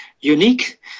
unique